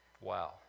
Wow